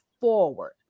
forward